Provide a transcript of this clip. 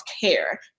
care